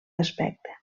aspecte